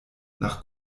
nach